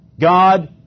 God